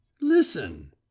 listen